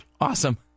Awesome